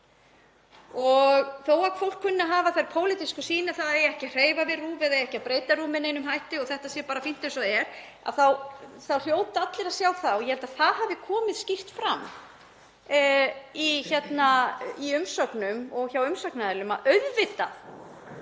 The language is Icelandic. Þó að fólk kunni að hafa þá pólitísku sýn að það eigi ekki að hreyfa við RÚV eða eigi ekki að breyta RÚV með neinum hætti og þetta sé bara fínt eins og er þá hljóta allir að sjá það, og ég held að það hafi komið skýrt fram í umsögnum og hjá umsagnaraðilum, að auðvitað